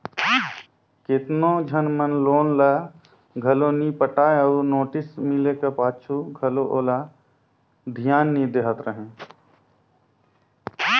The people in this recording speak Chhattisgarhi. केतनो झन मन लोन ल घलो नी पटाय अउ नोटिस मिले का पाछू घलो ओला धियान नी देहत रहें